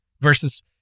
Versus